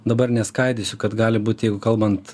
dabar neskaidysiu kad gali būt kalbant